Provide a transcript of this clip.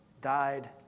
died